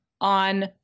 on